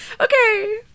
Okay